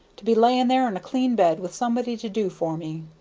to be laying there in a clean bed with somebody to do for me.